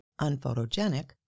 unphotogenic